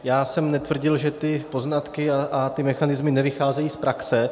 Já jsem netvrdil, že ty poznatky a ty mechanismy nevycházejí z praxe.